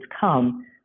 come